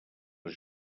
les